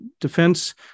defense